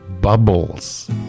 bubbles